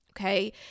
okay